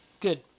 Good